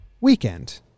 weekend